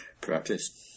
practice